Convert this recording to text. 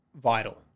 vital